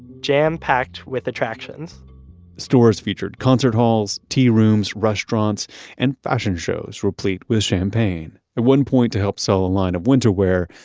jam packed with attractions the stores featured concert halls, tea rooms, restaurants and fashion shows, replete with champagne. at one point to help sell a line of winter wear,